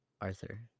Arthur